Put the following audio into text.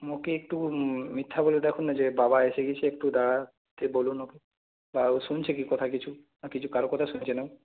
ওকে একটু মিথ্যা বলে দেখুন না যে বাবা এসে গিয়েছে একটু দাঁড়াতে বলুন ওকে বা ও শুনছে কি কথা কিছু না কিছু কারো কথা শুনছে না